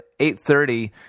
8.30